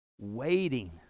Waiting